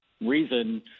reason